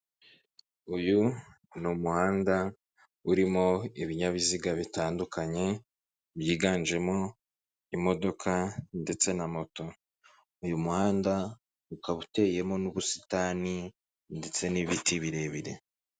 Uyu ni umuhanda urimo ibinyabiziga bitandukanye byiganjemo imodoka ndetse na moto, uyu muhanda ukaba uteyemo n'ubusitani ndetse n'ibiti birebire.